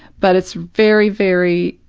but it's very, very,